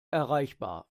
erreichbar